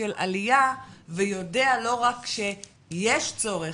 של עלייה ויודע לא רק שיש צורך,